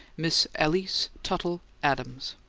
miss alys tuttle adams.